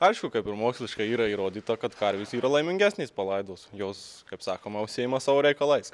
aišku kaip ir moksliškai yra įrodyta kad karvės yra laimingesnės palaidos jos kaip sakoma užsiima savo reikalais